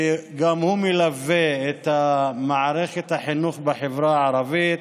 שגם הוא מלווה את מערכת החינוך בחברה הערבית,